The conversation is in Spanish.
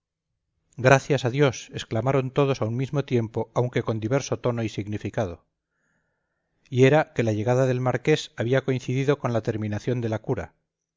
gracias a dios exclamaron todos a un mismo tiempo aunque con diverso tono y significado y era que la llegada del marqués había coincidido con la terminación de la cura